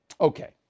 Okay